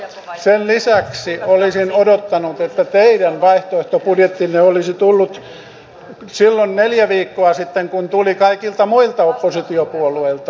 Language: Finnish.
sen lisäksi olisin odottanut että teidän vaihtoehtobudjettinne olisi tullut silloin neljä viikkoa sitten kun tuli kaikilta muilta oppositiopuolueilta